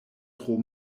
tro